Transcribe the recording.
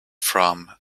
from